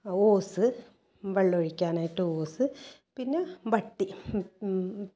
hose വെള്ളം ഒഴിക്കാനായിട്ട് hose പിന്നെ വട്ടി